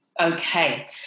Okay